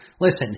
Listen